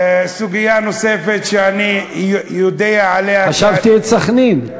חשבתי שאת "סח'נין".